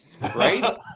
right